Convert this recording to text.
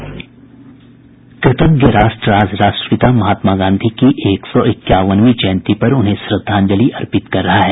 कृतज्ञ राष्ट्र आज राष्ट्रपिता महात्मा गांधी की एक सौ इक्यावनवीं जयंती पर उन्हें श्रद्धांजलि अर्पित कर रहा है